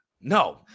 No